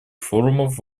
форумов